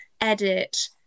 edit